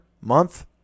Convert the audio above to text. month